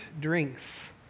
drinks